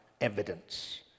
evidence